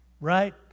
right